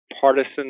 partisan